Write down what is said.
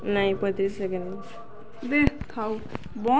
ନାଇଁ ପଇତିରିଶି ସେକେଣ୍ଡ ଦେ ଥାଉ ବନ୍ଦ୍